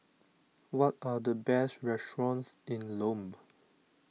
what are the best restaurants in Lome